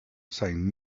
saying